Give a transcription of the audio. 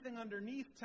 underneath